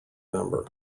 member